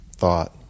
thought